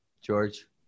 george